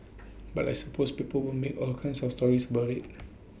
but I suppose people will make all kinds of stories about IT